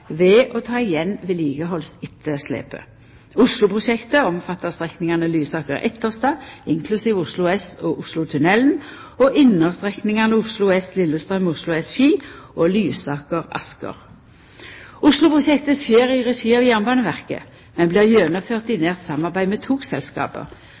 ved å ta igjen vedlikehaldsetterslepet. Oslo-prosjektet omfattar strekningane Lysaker–Etterstad, inkludert Oslo S og Oslotunnelen, og innerstrekningane Oslo S–Lillestrøm, Oslo S–Ski og Lysaker–Asker. Oslo-prosjektet skjer i regi av Jernbaneverket, men blir gjennomført i